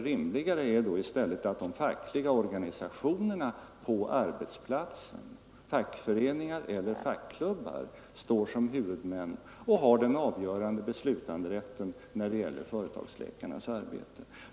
Rimligare är i stället att de fackliga organisationerna på arbetsplatsen, fackföreningar eller fackklubbar, står som huvudmän och har den avgörande beslutanderätten när det gäller företagsläkarnas arbete.